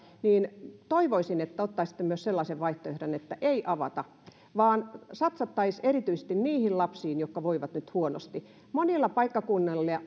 niin toivoisin että ottaisitte myös sellaisen vaihtoehdon että ei avata vaan satsataan erityisesti niihin lapsiin jotka voivat nyt huonosti monilla paikkakunnilla